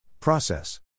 Process